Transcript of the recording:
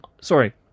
Sorry